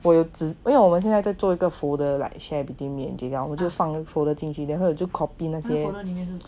我有只因为我们现在在做一个 folder like share between me and giva 我们就放了 folder 近几年或者就 copy 那些